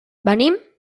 venim